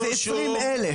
זה 20 אלף.